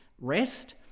rest